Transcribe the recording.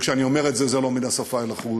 כשאני אומר את זה, זה לא מן השפה ולחוץ.